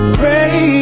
pray